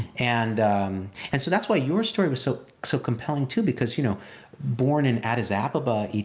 and and so that's why your story was so so compelling too, because you know born in addis ababa,